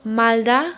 Malda